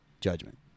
judgment